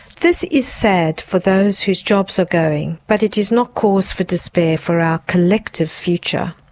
this is sad for those whose jobs are going, but it is not cause for despair for our collective future.